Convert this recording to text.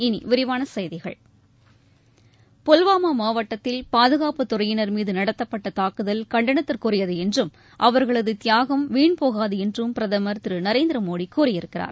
இனி விரிவான செய்திகள் புல்வாமா மாவட்டத்தில் பாதுகாப்பு துறையினர் மீது நடத்தப்பட்ட தாக்குதல் கண்டனத்திற்குரியது என்றும் அவர்களது தியாகம் வீண் போகாது என்றும் பிரதமர் திரு நரேந்திர மோடி கூறியிருக்கிறார்